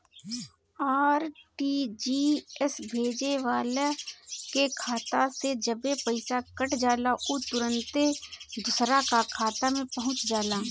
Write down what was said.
RTGS भेजे वाला के खाता से जबे पईसा कट जाला उ तुरंते दुसरा का खाता में पहुंच जाला